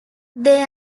they